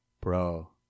Bro